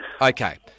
Okay